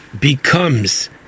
becomes